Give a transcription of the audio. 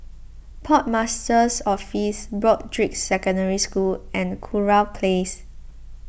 Port Master's Office Broadrick Secondary School and Kurau Place